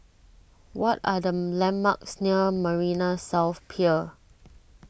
what are the landmarks near Marina South Pier